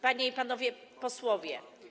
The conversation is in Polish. Panie i Panowie Posłowie!